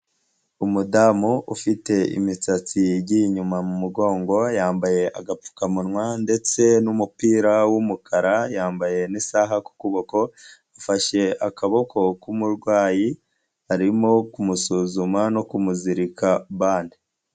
Umudamu ufite imisatsi yigiye inyuma mu mugongo yambaye agapfukamunwa ndetse n'umupira w'umukara, yambaye n'isaha ku kuboko afashe akaboko k'umurwayi arimo kumusuzuma no kumuzirika bande.